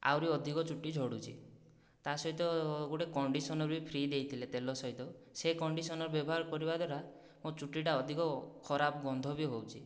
ଆହୁରି ଅଧିକ ଚୁଟି ଝଡୁଛି ତା' ସହିତ ଗୋଟିଏ କଣ୍ଡିସନର ବି ଫ୍ରୀ ଦେଇଥିଲେ ତେଲ ସହିତ ସେ କଣ୍ଡିସନର ବ୍ୟବହାର କରିବା ଦ୍ଵାରା ମୋ ଚୁଟିଟା ଅଧିକ ଖରାପ ଗନ୍ଧ ବି ହେଉଛି